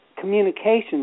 communications